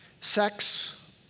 sex